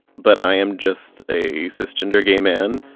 but i am just a cis-gender gay man,